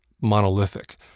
monolithic